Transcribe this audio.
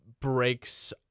breaks